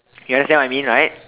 you understand what I mean right